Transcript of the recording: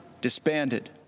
disbanded